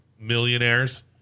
millionaires